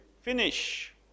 finish